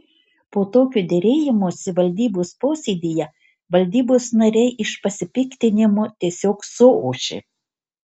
po tokio derėjimosi valdybos posėdyje valdybos nariai iš pasipiktinimo tiesiog suošė